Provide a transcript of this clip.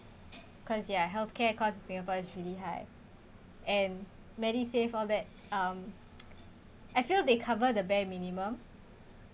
cause ya health care costs in singapore is really high and MediSave all that um I feel they cover the bare minimum